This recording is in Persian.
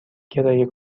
کرایه